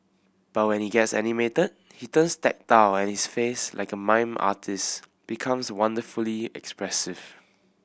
but when he gets animated he turns tactile and his face like a mime artist's becomes wonderfully expressive